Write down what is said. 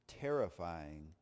terrifying